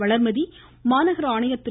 வளர்மதி மாநகர ஆணையர் திரு